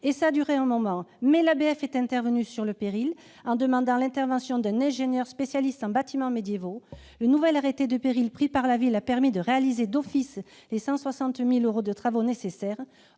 sans solution. L'ABF est intervenu sur l'arrêté de péril en demandant l'intervention d'un ingénieur spécialiste en bâtiments médiévaux. Le nouvel arrêté de péril pris par la ville a permis de réaliser d'office les 160 000 euros de travaux nécessaires.